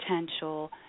potential